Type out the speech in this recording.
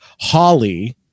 Holly